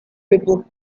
people